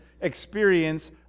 experience